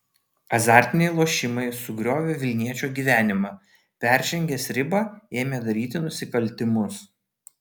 azartiniai lošimai sugriovė vilniečio gyvenimą peržengęs ribą ėmė daryti nusikaltimus